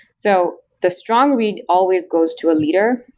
so the strong lead always goes to a leader.